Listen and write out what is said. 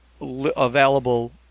available